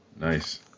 Nice